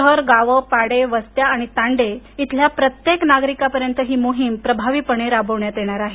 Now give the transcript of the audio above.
शहर गावे पाडे वस्त्या आणि तांडे इथल्या प्रत्येक नागरिकापर्यंत ही मोहीम प्रभावीपणे राबविण्यात येणार आहे